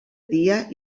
dia